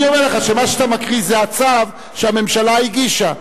אני אומר לך שמה שאתה מקריא זה הצו שהממשלה הגישה,